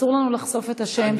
אסור לנו לחשוף את השם.